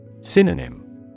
Synonym